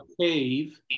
cave